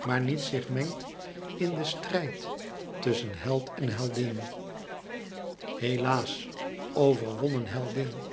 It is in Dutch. maar niet zich mengt in den strijd tusschen held en heldin helaas overwonnen heldin